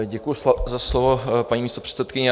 Děkuji za slovo, paní místopředsedkyně.